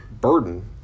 burden